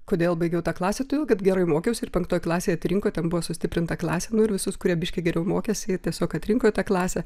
kodėl baigiau tą klasę todėl kad gerai mokiausi ir penktoj klasėj atrinko ten buvo sustiprinta klasė nu ir visus kurie biškį geriau mokėsi tiesiog atrinko į tą klasę